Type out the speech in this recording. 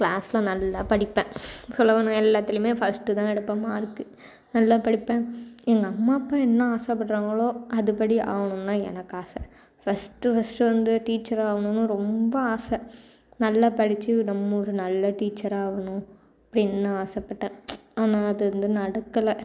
கிளாஸில் நல்லா படிப்பேன் சொல்லப்போனால் எல்லாத்துலேயுமே ஃபர்ஸ்ட்டு தான் எடுப்பேன் மார்க்கு நல்லா படிப்பேன் எங்கள் அம்மா அப்பா என்ன ஆசைபட்றாங்களோ அது படி ஆகணும் தான் எனக்கு ஆசை ஃபர்ஸ்ட்டு ஃபர்ஸ்ட்டு வந்து டீச்சர் ஆகணும்னு ரொம்ப ஆசை நல்லா படித்து நம்ம ஒரு நல்ல டீச்சர் ஆகணும் அப்படின்னு ஆசைப்பட்டேன் ஆனால் அது வந்து நடக்கலை